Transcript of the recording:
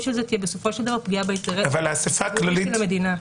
של זה תהיה בסופו של דבר פגיעה באינטרס של המדינה.